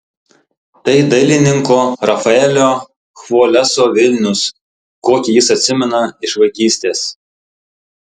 tai dailininko rafaelio chvoleso vilnius kokį jis atsimena iš vaikystės